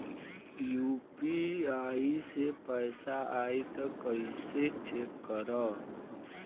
UPI से पैसा आई त कइसे चेक करब?